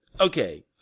okay